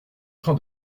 train